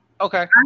okay